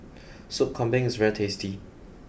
Sop Kambing is very tasty